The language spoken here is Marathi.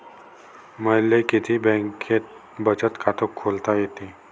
मले किती बँकेत बचत खात खोलता येते?